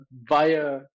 via